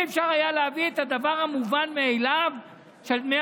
לא היה אפשר להביא את הדבר המובן מאליו של דמי